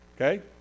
okay